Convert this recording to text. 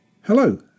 hello